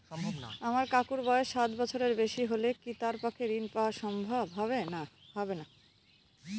আমার কাকুর বয়স ষাট বছরের বেশি হলে কি তার পক্ষে ঋণ পাওয়া সম্ভব হবে?